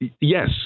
Yes